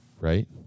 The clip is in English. right